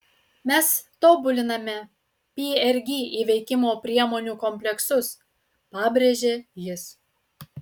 mes tobuliname prg įveikimo priemonių kompleksus pabrėžė jis